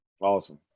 Awesome